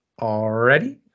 already